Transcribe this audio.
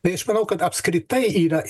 tai aš manau kad apskritai yra